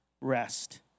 rest